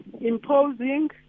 imposing